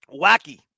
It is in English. wacky